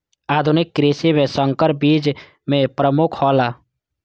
आधुनिक कृषि में संकर बीज उपज में प्रमुख हौला